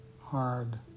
hard